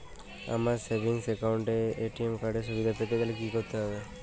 আমার savings account এ ATM card এর সুবিধা পেতে গেলে কি করতে হবে?